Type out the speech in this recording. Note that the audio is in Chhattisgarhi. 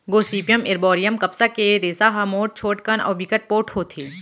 गोसिपीयम एरबॉरियम कपसा के रेसा ह मोठ, छोटकन अउ बिकट पोठ होथे